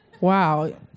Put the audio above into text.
Wow